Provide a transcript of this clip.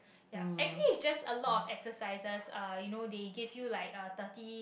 yup actually it's just a lot of exercises uh you know they give you like uh thirty